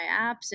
apps